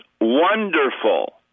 wonderful